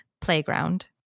playground